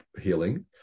healing